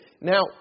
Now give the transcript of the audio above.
Now